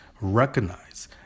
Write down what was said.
recognize